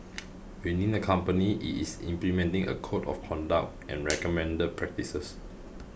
within the company it is implementing a code of conduct and recommended practices